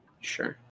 Sure